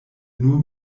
nur